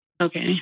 Okay